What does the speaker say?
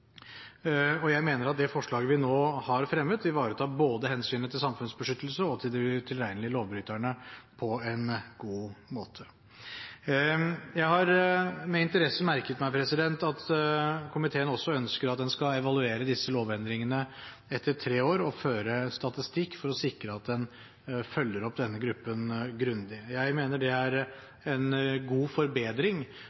og gått grundig inn i det. Jeg mener at det forslaget vi nå har fremmet, ivaretar hensynet både til samfunnsbeskyttelse og til de utilregnelige lovbryterne på en god måte. Jeg har med interesse merket meg at komiteen også ønsker at en skal evaluere disse lovendringene etter tre år og føre statistikk for å sikre at en følger opp denne gruppen grundig. Jeg mener det er